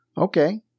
Okay